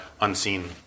unseen